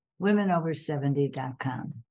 womenover70.com